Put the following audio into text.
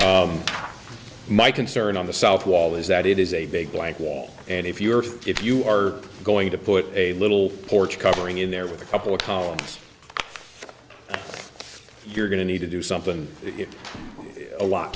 my concern on the south wall is that it is a big blank wall and if you are if you are going to put a little porch covering in there with a couple of columns you're going to need to do something it a lot